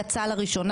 יום שלישי,